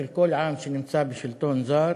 הצורך, של כל עם שנמצא בשלטון זר,